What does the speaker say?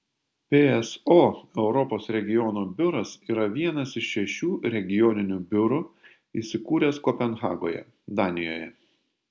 pso europos regiono biuras yra vienas iš šešių regioninių biurų įsikūręs kopenhagoje danijoje